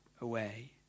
away